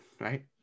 right